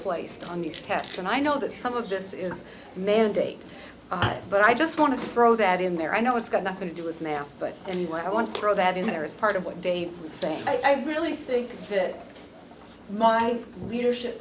placed on these tests and i know that some of this is mandate but i just want to throw that in there i know it's got nothing to do with now but anyway i want to throw that in there as part of what they were saying i really think that my leadership